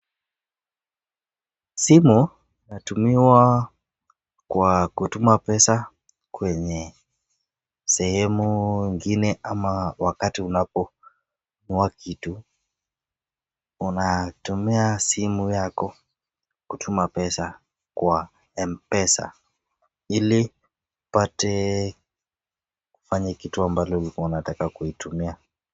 Simu inatumiwa kwa kutuma pesa kwenye sehemu ingine ama wakati unaponunua kitu unatumia simu yako kutuma pesa kwa mpesa ili upate kufanya kitu ambalo ulikua unataka kuitumia